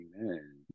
Amen